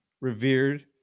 revered